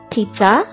Pizza